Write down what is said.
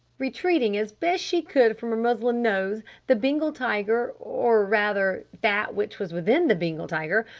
retreating as best she could from her muslin nose the bengal tiger or rather that which was within the bengal tiger,